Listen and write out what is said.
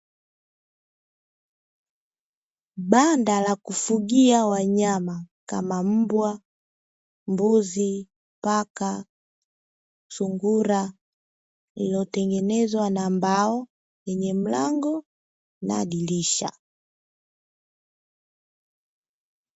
Banda la kufugia wanyama kama mbwa, mbuzi, paka, sungura lililotengenezwa na mbao yenye mlango na madirisha kwaajili ya kufugia.